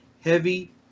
heavy